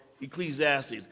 Ecclesiastes